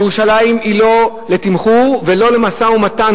ירושלים היא לא לתמחור ולא למשא-ומתן